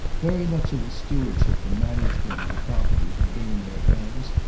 very much of the stewardship and management of the property had been in their hands,